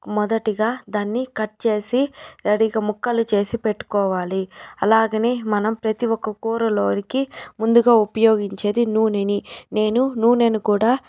మొదటిగా దానిని కట్ చేసి రెడీగా ముక్కలు చేసి పెట్టుకోవాలి అలాగనే మనం ప్రతి ఒక్క కూరలోకి ముందుగా ఉపయోగించేది నూనెని నేను నూనెను కూడా